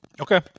Okay